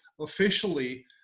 officially